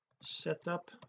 setup